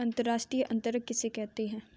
अंतर्राष्ट्रीय अंतरण किसे कहते हैं?